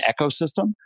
ecosystem